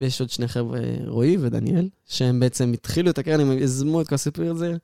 ויש עוד שני חבר'ה, רועי ודניאל, שהם בעצם התחילו את הקרן, הם יזמו את כל הסיפור הזה.